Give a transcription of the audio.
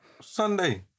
Sunday